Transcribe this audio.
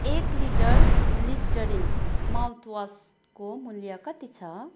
एक litre Listerine माउथवासको मूल्य कति छ